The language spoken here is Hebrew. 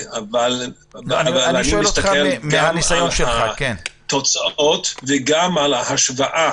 אבל אני מסתכל גם על התוצאות וגם על ההשוואה